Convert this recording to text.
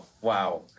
Wow